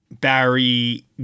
Barry